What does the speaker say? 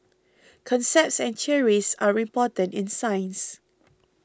concepts and theories are important in science